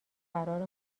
قرار